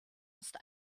ist